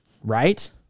right